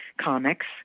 comics